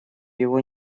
его